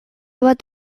bat